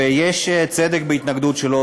ויש צדק בהתנגדות שלו,